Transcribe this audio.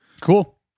Cool